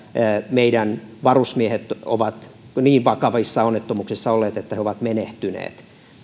meidän varusmiehet ovat niin vakavissa onnettomuuksissa olleet että he ovat menehtyneet